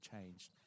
changed